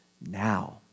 now